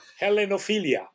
Hellenophilia